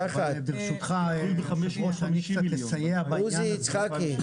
ברשותך, אני קצת אסייע בעניין הזה.